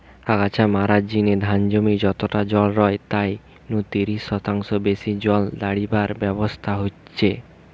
আগাছা মারার জিনে ধান জমি যতটা জল রয় তাই নু তিরিশ শতাংশ বেশি জল দাড়িবার ব্যবস্থা হিচে